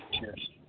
Cheers